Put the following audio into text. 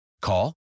Call